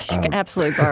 you can absolutely yeah